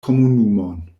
komunumon